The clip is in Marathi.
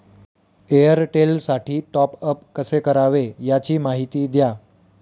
एअरटेलसाठी टॉपअप कसे करावे? याची माहिती द्या